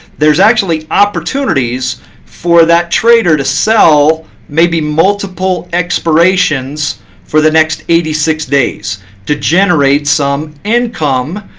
there's actually opportunities for that trader to sell maybe multiple expirations for the next eighty six days to generate some income.